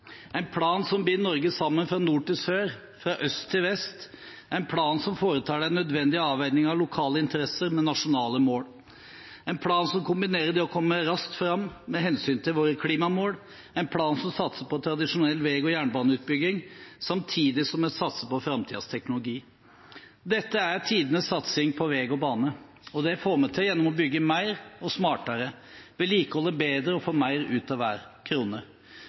en plan som binder Norge sammen fra nord til sør, fra øst til vest, en plan som foretar de nødvendige avveininger av lokale interesser med nasjonale mål, en plan som kombinerer det å komme raskt fram med hensynet til våre klimamål, en plan som satser på tradisjonell vei- og jernbaneutbygging, samtidig som vi satser på framtidens teknologi. Dette er tidenes satsing på vei og bane, og det får vi til gjennom å bygge mer og smartere, vedlikeholde bedre og få mer ut av hver krone.